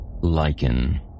lichen